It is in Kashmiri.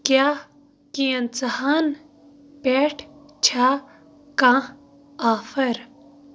کیٛاہ کینٛژھاہَن پٮ۪ٹھ چھا کانٛہہ آفر